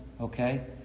okay